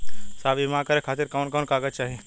साहब इ बीमा करें खातिर कवन कवन कागज चाही?